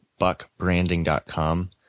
BuckBranding.com